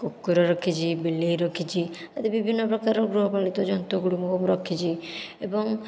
କୁକୁର ରଖିଛି ବିଲେଇ ରଖିଛି ଏମିତି ବିଭିନ୍ନ ପ୍ରକାରର ଗୃହପାଳିତ ଜନ୍ତୁଗୁଡ଼ିକ ମୁଁ ରଖିଛି ଏବଂ